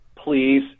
Please